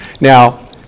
Now